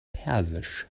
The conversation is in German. persisch